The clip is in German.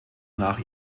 nach